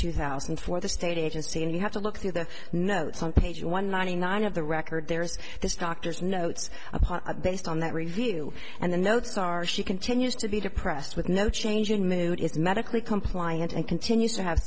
two thousand for the state agency and you have to look through the notes on page one ninety nine of the record there's this doctor's notes based on that review and the notes are she continues to be depressed with no change in mood is medically compliant and continues to have